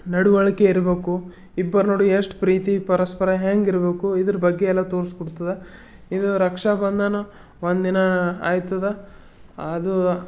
ನಡುವಳಿಕೆ ಇರಬೇಕು ಇಬ್ಬರ ನಡುವೆ ಎಷ್ಟು ಪ್ರೀತಿ ಪರಸ್ಪರ ಹ್ಯಾಂಗಿರ್ಬೇಕು ಇದ್ರ ಬಗ್ಗೆ ಎಲ್ಲ ತೋರ್ಸಿ ಕೊಡ್ತದ ಇದು ರಕ್ಷಾಬಂಧನ ಒಂದು ದಿನ ಆಯ್ತದ ಅದು